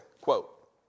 quote